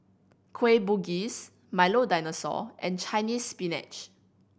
Kueh Bugis Milo Dinosaur and Chinese Spinach